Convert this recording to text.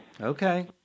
Okay